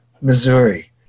Missouri